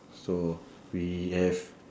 so we have